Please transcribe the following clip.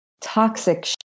toxic